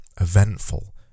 eventful